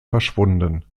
verschwunden